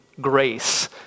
grace